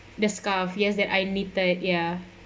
the scarf yes that I knitted ya